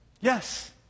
Yes